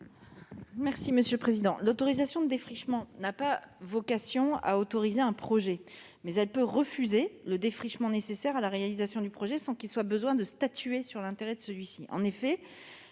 du Gouvernement ? L'autorisation de défrichement n'a pas vocation à autoriser un projet, mais elle peut refuser le défrichement nécessaire à la réalisation du projet sans qu'il soit besoin de statuer sur l'intérêt de celui-ci. En effet,